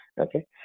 Okay